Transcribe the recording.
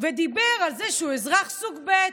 ודיבר על זה שהוא אזרח סוג ב'.